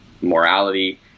morality